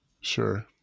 Sure